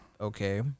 okay